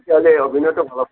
তেতিয়াহ'লে অভিনয়তো ভাল হ'ব